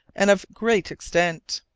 and of great extent.